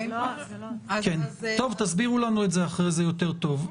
--- טוב, תסבירו לנו את זה אחרי זה יותר טוב.